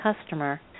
customer